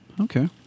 Okay